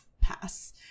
pass